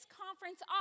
conference